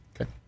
Okay